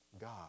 God